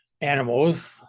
animals